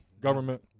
Government